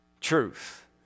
truth